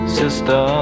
sister